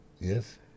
Yes